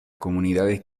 comunidades